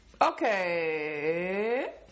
Okay